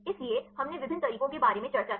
इसलिए हमने विभिन्न तरीकों के बारे में चर्चा की